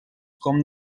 com